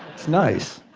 it's nice.